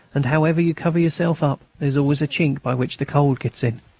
and, however you cover yourself up, there's always a chink by which the cold gets in.